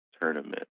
tournament